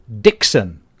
Dixon